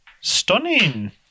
Stunning